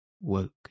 woke